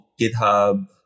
GitHub